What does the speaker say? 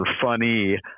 funny